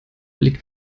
liegt